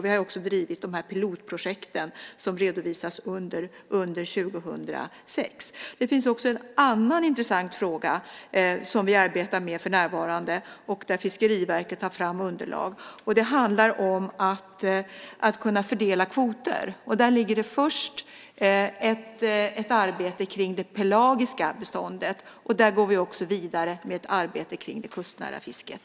Vi har också drivit de här pilotprojekten som redovisas under 2006. Det finns också en annan intressant fråga som vi arbetar med för närvarande, där Fiskeriverket tar fram underlag. Det handlar om att kunna fördela kvoter. Där ligger det först ett arbete kring det pelagiska beståndet, och där går vi också vidare med ett arbete kring det kustnära fisket.